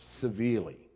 severely